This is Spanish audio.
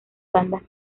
bandas